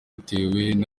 bitewe